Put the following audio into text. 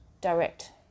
direct